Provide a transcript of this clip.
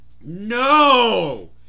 No